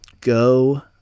go